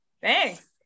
Thanks